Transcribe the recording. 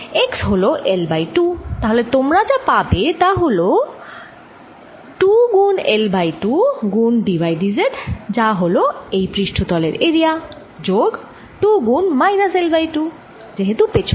x হল L by 2 তাহলে তোমরা যা পাবে তা হল 2 গুণ L বাই 2 গুণ d y d z যা হল এই পৃষ্ঠ তলের এরিয়া যোগ 2 গুণ মাইনাস L বাই 2